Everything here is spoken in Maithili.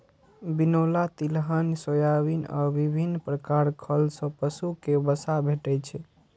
बिनौला, तिलहन, सोयाबिन आ विभिन्न प्रकार खल सं पशु कें वसा भेटै छै